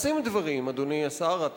אדוני השר, נעשים דברים.